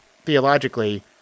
theologically